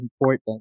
important